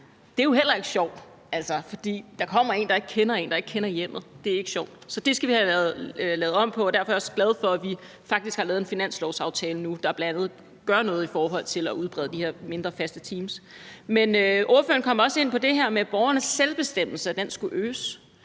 det er jo heller ikke sjovt som borger at stå i, for der kommer en, der ikke kender borgeren og ikke kender hjemmet – det er ikke sjovt. Så det skal vi have lavet om på, og derfor er jeg også glad for, at vi faktisk har lavet en finanslovsaftale nu, der bl.a. gør noget i forhold til at udbrede de her mindre, faste teams. Men ordføreren kom også ind på det her med, at borgernes selvbestemmelse skal øges.